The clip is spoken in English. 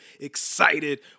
excited